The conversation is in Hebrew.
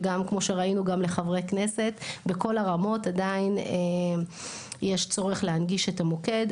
וגם כמו שראינו לחברי כנסת בכל הרמות עדיין יש צורך להנגיש את המוקד.